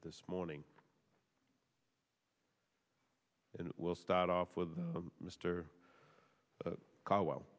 this morning and we'll start off with mister caldwell